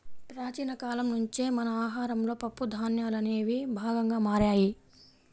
ప్రాచీన కాలం నుంచే మన ఆహారంలో పప్పు ధాన్యాలనేవి భాగంగా మారాయి